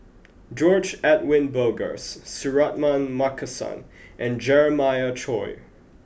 George Edwin Bogaars Suratman Markasan and Jeremiah Choy